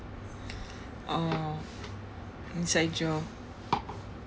uh inside joke